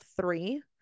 three